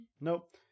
Nope